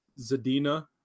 Zadina